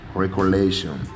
regulation